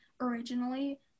originally